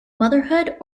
motherhood